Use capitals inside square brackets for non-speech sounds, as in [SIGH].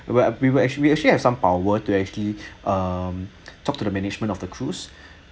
where we will actually we actually have some power to actually um talk to the management of the cruise [BREATH]